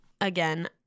again